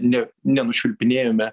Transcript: ne nenušvilpinėjome